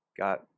got